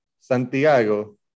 Santiago